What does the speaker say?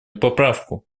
поправку